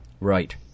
Right